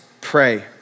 pray